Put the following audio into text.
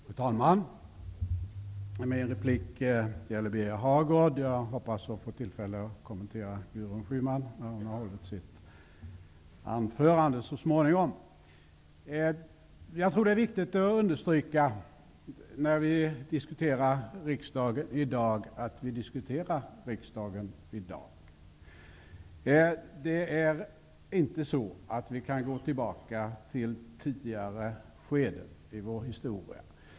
Fru talman! Min replik gäller Birger Hagård. Jag hoppas att få tillfälle att kommentera Gudrun Schymans synpunkter när hon har hållit sitt anförande så småningom. Jag tror att det är viktigt att understryka, när vi diskuterar riksdagen i dag, att vi diskuterar riksdagen i dag. Vi kan inte gå tillbaka till ett tidigare skede i vår historia.